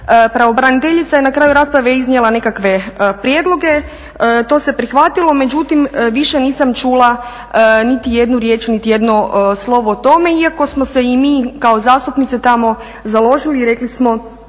Pravobraniteljica je na kraju rasprave iznijela nekakve prijedloge. To se prihvatilo, međutim više nisam čula niti jednu riječ, niti jedno slovo o tome, iako smo se i mi kao zastupnici tamo založili i rekli smo